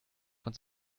uns